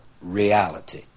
reality